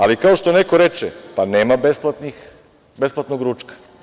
Ali, kao što neko reče, nema besplatnog ručka.